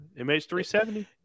MH370